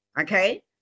okay